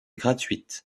gratuite